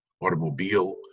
automobile